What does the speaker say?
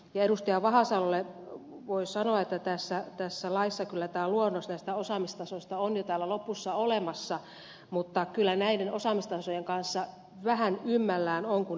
vahasalolle voin sanoa että luonnos tästä osaamistasosta on tässä laissa kyllä jo täällä lopussa olemassa mutta kyllä näiden osaamistasojen kanssa vähän ymmällään on kun niitä lukee